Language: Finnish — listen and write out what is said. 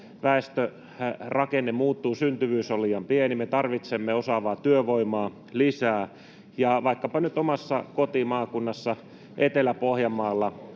väestörakenne muuttuu, syntyvyys on liian pieni. Me tarvitsemme osaavaa työvoimaa lisää, ja vaikkapa nyt omassa kotimaakunnassani Etelä-Pohjanmaalla,